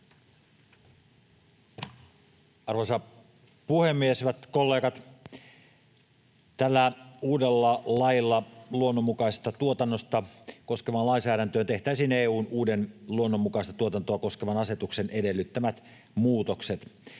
Arvoisa puhemies! Hyvät kollegat! Tällä uudella lailla luonnonmukaista tuotantoa koskevaan lainsäädäntöön tehtäisiin EU:n uuden luonnonmukaista tuotantoa koskevan asetuksen edellyttämät muutokset.